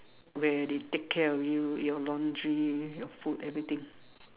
where they take care of you your laundry your food everything